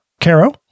Caro